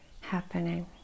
happening